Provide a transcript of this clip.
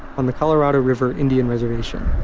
on the colorado river indian reservation.